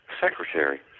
secretary